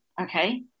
okay